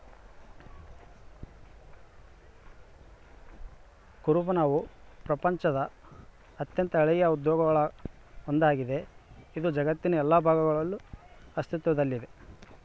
ಕುರುಬನವು ಪ್ರಪಂಚದ ಅತ್ಯಂತ ಹಳೆಯ ಉದ್ಯೋಗಗುಳಾಗ ಒಂದಾಗಿದೆ, ಇದು ಜಗತ್ತಿನ ಎಲ್ಲಾ ಭಾಗಗಳಲ್ಲಿ ಅಸ್ತಿತ್ವದಲ್ಲಿದೆ